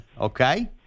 Okay